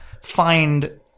find